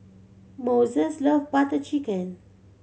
Moises loves Butter Chicken